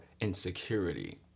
insecurity